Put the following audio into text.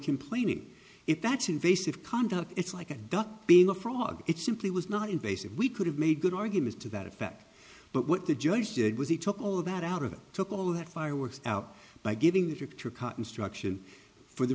complaining if that's invasive conduct it's like a duck being a fraud it simply was not invasive we could have made good arguments to that effect but what the judge did was he took all of that out of it took all that fireworks out by giving the director cut instruction for the